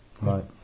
Right